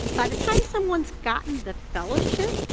by the time someone's gotten the fellowship,